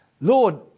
Lord